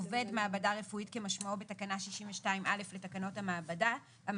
עובד מעבדה רפואית כמשמעו בתקנה 62א לתקנות המעבדות,